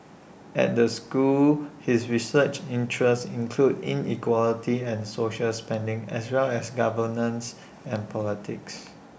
at the school his research interests include inequality and social spending as well as governance and politics